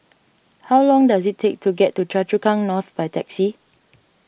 how long does it take to get to Choa Chu Kang North by taxi